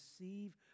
receive